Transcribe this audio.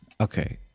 Okay